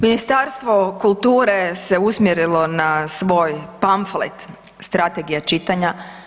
Ministarstvo kulture se usmjerilo na svoj pamflet strategije čitanja.